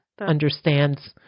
understands